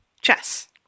Chess